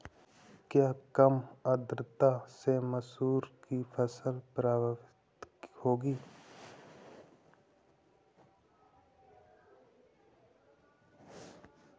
क्या कम आर्द्रता से मसूर की फसल प्रभावित होगी?